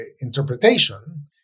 interpretation